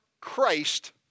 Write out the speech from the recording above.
Christ